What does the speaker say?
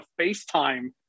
facetime